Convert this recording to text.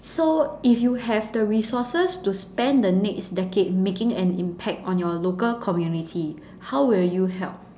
so if you have the resources to spend the next decade making an impact on your local community how will you help